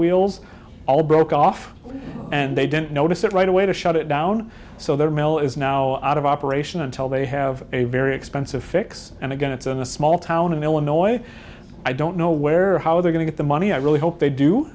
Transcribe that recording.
wheels all broke off and they didn't notice it right away to shut it down so their mail is now out of operation until they have a very expensive fix and again it's in a small town in illinois i don't know where or how they're going to get the money i really hope they do